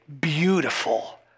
beautiful